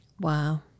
Wow